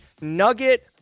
nugget